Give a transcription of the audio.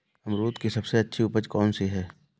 अमरूद की सबसे अच्छी उपज कौन सी है?